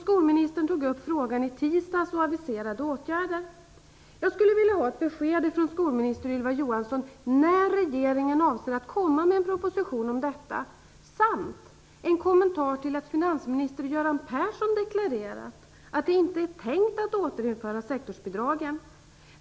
Skolministern tog upp frågan i tisdags och aviserade åtgärder. Jag skulle vilja ha ett besked från skolminister Ylva Johansson när regeringen avser att komma med en proposition om detta samt en kommentar till att finansminister Göran Persson deklarerat att det inte är tänkt att återinföra sektorsbidrag.